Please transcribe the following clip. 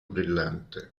brillante